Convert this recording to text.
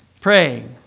praying